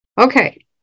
Okay